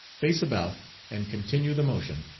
face about and continue the motion,